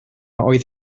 oedd